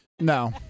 No